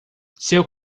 seu